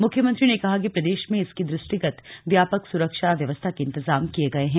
मुख्यमंत्री ने कहा कि प्रदेश में इसके दृष्टिगत व्यापक सुरक्षा व्यवस्था के इंतजाम किये गये है